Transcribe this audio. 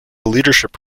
leadership